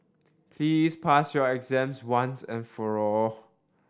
please pass your exams once and for all